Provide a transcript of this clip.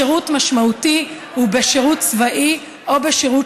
שירות משמעותי הוא בשירות צבאי או בשירות